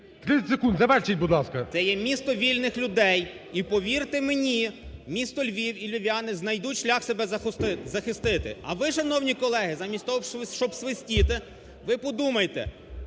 30 секунд, завершіть, будь ласка. ЗУБАЧ Л.Л. Це є місто вільних людей і, повірте мені, місто Львів і львів'яни знайдуть шлях себе захистити. А ви, шановні колеги, замість того, щоб свистіти, ви подумайте,